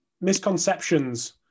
misconceptions